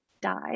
died